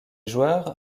joueurs